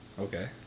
Okay